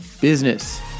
Business